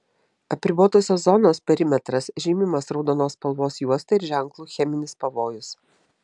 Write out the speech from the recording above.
apribotosios zonos perimetras žymimas raudonos spalvos juosta ir ženklu cheminis pavojus